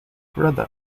rudder